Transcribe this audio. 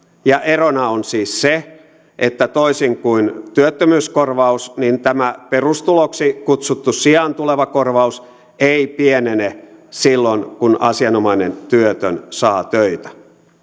ja erona on siis se että toisin kuin työttömyyskorvaus tämä perustuloksi kutsuttu sijaan tuleva korvaus ei pienene silloin kun asianomainen työtön saa töitä